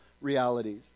realities